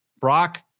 Brock